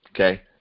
Okay